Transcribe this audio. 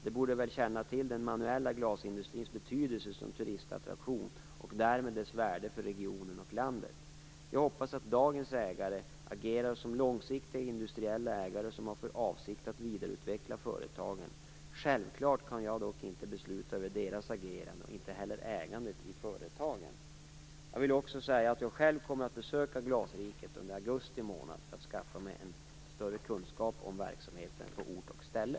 De borde väl känna till den manuella glasindustrins betydelse som turistattraktion och därmed dess värde för regionen och landet. Jag hoppas att dagens ägare agerar som långsiktiga industriella ägare som har för avsikt att vidareutveckla företagen. Självklart kan jag dock inte besluta över deras agerande, och inte heller över ägandet i företagen. Jag vill också säga att jag själv kommer att besöka glasriket under augusti månad för att skaffa mig en större kunskap om verksamheten på ort och ställe.